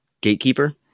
Gatekeeper